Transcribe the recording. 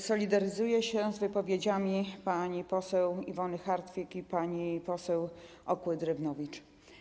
Solidaryzuję się z wypowiedziami pani poseł Iwony Hartwich i pani poseł Okły-Drewnowicz.